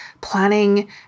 planning